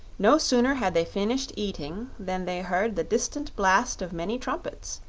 no sooner had they finished eating than they heard the distant blast of many trumpets,